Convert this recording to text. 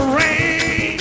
rain